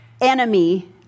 enemy